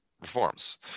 reforms